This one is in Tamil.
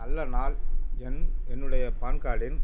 நல்ல நாள் என் என்னுடைய பான் கார்டின்